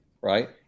right